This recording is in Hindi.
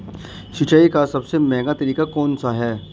सिंचाई का सबसे महंगा तरीका कौन सा है?